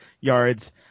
yards